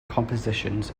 compositions